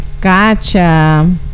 Gotcha